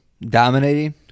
Dominating